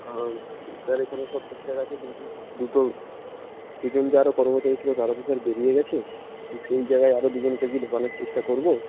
sir এখানে সব ঠিকঠাক আছে কিন্তু দুটো এখানে যারা কর্মচারী ছিলো তারা তো স্যার বেরিয়ে গেছে তো সেই জায়গায় আরো দুজনকে কি ঢোকানোর চেষ্টা করব